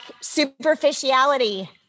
superficiality